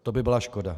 To by byla škoda.